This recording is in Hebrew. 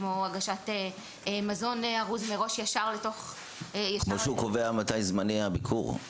כמו הגשת מזון ארוז מראש ישר לתוך --- כמו שהוא קובע מתי זמני הביקור.